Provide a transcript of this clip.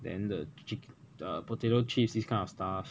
then the jic~ the potato chips this kind of stuff